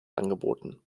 angeboten